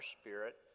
spirit